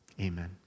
amen